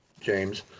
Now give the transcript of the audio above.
James